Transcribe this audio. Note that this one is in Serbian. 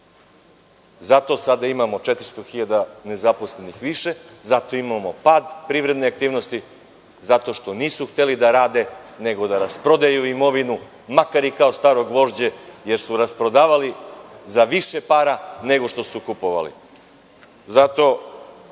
Zato sada imamo 400.000 nezaposlenih više, zato imamo pad privredne aktivnosti, zato što nisu hteli da rade, nego da rasprodaju imovinu, makar i kao staro gvožđe, jer su rasprodavali za više para nego što su kupovali. Zato